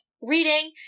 reading